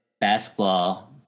basketball